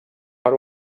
per